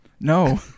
no